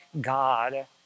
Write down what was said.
God